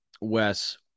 Wes